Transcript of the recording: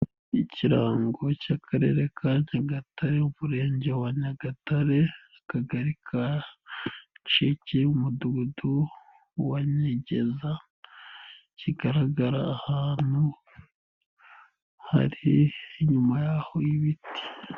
Ikirango cy'Akarere ka nyagatare umurenge wa Nyagatare, Akagari ka Nsheke, Umudugudu wa Nyegeza, kigaragara ahantu hari inyuma yaho ibiti.